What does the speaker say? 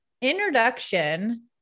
introduction